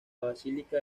basílica